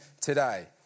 today